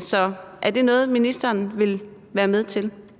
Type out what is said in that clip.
Så er det noget, som ministeren vil være med til?